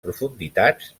profunditats